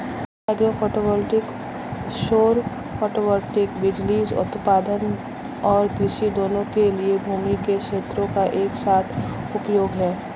agro photovoltaic सौर photovoltaic बिजली उत्पादन और कृषि दोनों के लिए भूमि के क्षेत्रों का एक साथ उपयोग है